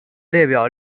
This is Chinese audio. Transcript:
列表